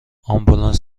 آمبولانس